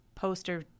poster